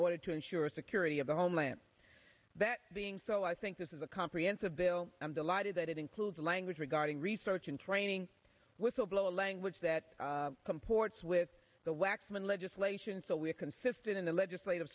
order to ensure security of the homeland that being so i think this is a comprehensive bill i'm delighted that it includes language regarding research and training whistleblower language that comports with the waxman legislation so we are consistent in the legislative